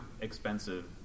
expensive